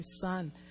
Son